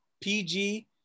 PG